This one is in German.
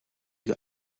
dir